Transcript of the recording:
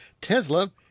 Tesla